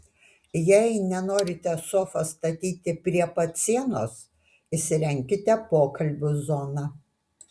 jei nenorite sofos statyti prie pat sienos įsirenkite pokalbių zoną